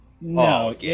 No